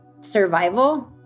survival